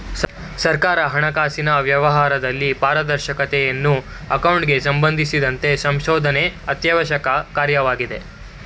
ಸರ್ಕಾರದ ಹಣಕಾಸಿನ ವ್ಯವಹಾರದಲ್ಲಿ ಪಾರದರ್ಶಕತೆಯನ್ನು ಅಕೌಂಟಿಂಗ್ ಸಂಬಂಧಿಸಿದಂತೆ ಸಂಶೋಧನೆ ಅತ್ಯವಶ್ಯಕ ಕಾರ್ಯವಾಗಿದೆ